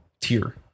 tier